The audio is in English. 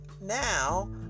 Now